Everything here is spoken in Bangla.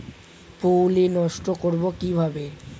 পুত্তলি নষ্ট করব কিভাবে?